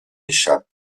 échappe